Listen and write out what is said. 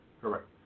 Correct